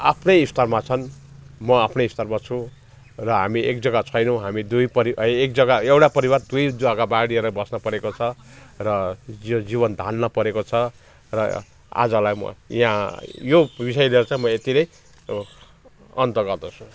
आफ्नै स्तरमा छन् म आफ्नै स्तरमा छु र हामी एक जग्गा छैनौँ हामी दुई परि है एक जग्गा एउटा परिवार दुई जग्गा बाँडिएर बस्नुपरेको छ र जीव जीवन धान्नपरेको छ र आजलाई म यहाँ यो विषय लिएर चाहिँ म यत्ति नै अब अन्त गर्दछु